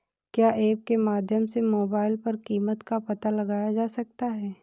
क्या ऐप के माध्यम से मोबाइल पर कीमत का पता लगाया जा सकता है?